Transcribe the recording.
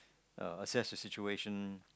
uh assess to situation